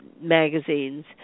magazines